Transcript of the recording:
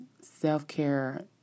self-care